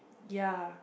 ya